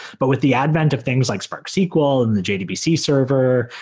but with the advent of things like sparksql and the jdbc server,